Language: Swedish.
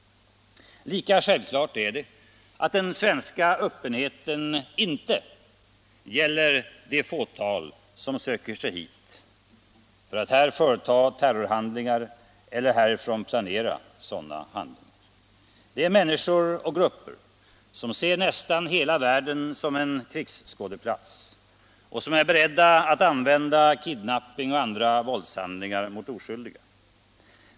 Lika självklart är det att den svenska öppenheten inte gäller det fåtal som söker sig hit för att här företa terrorhandlingar eller härifrån planera sådana handlingar. Det är människor och grupper som ser nästan hela världen som en krigsskådeplats och som är beredda att använda kidnappning och andra våldshandlingar mot oskyldiga.